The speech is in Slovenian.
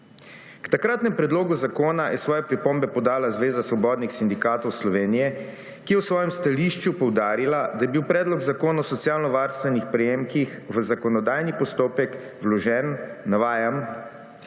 K takratnemu predlogu zakona je svoje pripombe podala Zveza svobodnih sindikatov Slovenije, ki je v svojem stališču poudarila, da je bil predlog zakona o socialno varstvenih prejemkih v zakonodajni postopek vložen, navajam,